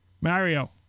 Mario